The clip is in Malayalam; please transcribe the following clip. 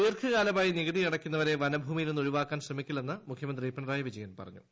ദീർഘകാലമായി നികുതി അടയ്ക്കുന്നവരെ വനഭൂമിയിൽ നിന്ന് ഒഴിവാക്കാൻ ശ്രമിക്കി ല്ലെന്ന് മുഖ്യമന്ത്രി പിണറായി വിജയൻ പറഞ്ഞു